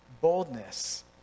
boldness